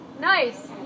Nice